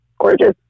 gorgeous